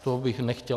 To bych nechtěl.